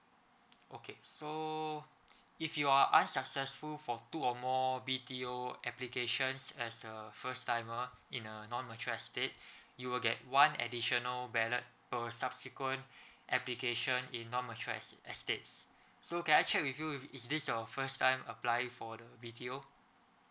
okay so if you are unsuccessful for two or more B_T_O applications as a first timer in a non mature estate you'll get one additional ballot per subsequent application in non mature es~ estates so can I check with you is this your first time apply for the B_T_O